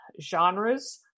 genres